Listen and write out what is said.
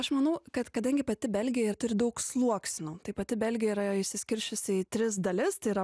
aš manau kad kadangi pati belgija ir turi daug sluoksnių tai pati belgija yra išsiskirsčiusi į tris dalis tai yra